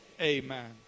amen